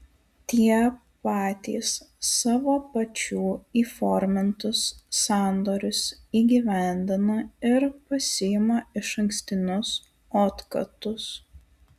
tie patys savo pačių įformintus sandorius įgyvendina ir pasiima išankstinius otkatus